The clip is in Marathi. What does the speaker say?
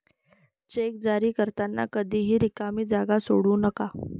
चेक जारी करताना कधीही रिकामी जागा सोडू नका